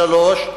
שלוש,